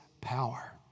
power